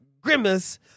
Grimace